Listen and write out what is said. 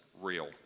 real